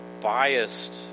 biased